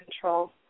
control